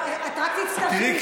את רק תצטרכי לשמוע אותו יותר.